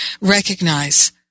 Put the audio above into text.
recognize